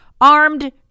armed